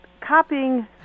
copying